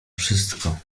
wszystko